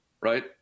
right